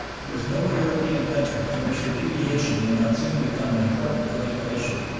there is no european country in which repudiation may not soon become an important political issue.